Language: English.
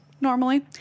normally